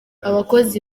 abakozi